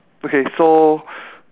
okay so